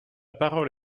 parole